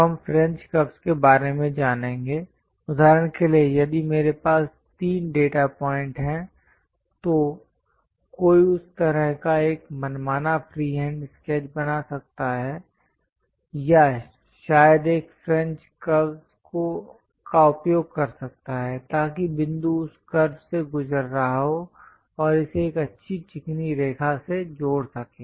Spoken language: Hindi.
अब हम फ्रेंच कर्वस् के बारे में जानेंगे उदाहरण के लिए यदि मेरे पास तीन डेटा पॉइंट हैं तो कोई उस तरह का एक मनमाना फ्रीहैंड स्केच बना सकता है या शायद एक फ्रेंच कर्वस् का उपयोग कर सकता है ताकि बिंदु उस कर्व से गुजर रहा हो और इसे एक अच्छी चिकनी रेखा से जोड़ सके